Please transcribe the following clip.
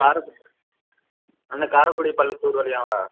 காரக்கு அந்த காரைக்குடி பள்ளத்தூர் வழியாகவா